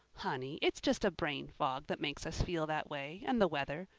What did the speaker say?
honey, it's just brain fag that makes us feel that way, and the weather.